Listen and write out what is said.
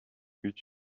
eut